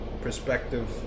perspective